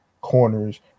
corners